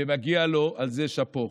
ומגיע לו על זה שאפו.